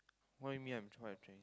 what you mean what I'm trying